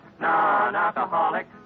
non-alcoholic